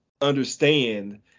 understand